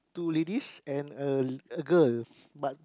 two ladies and a girl but